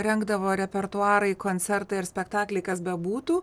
rengdavo repertuarą į koncertą ar spektaklį kas bebūtų